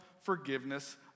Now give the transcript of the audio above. forgiveness